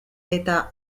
eta